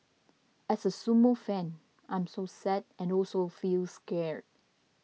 as a sumo fan I am so sad and also feel scared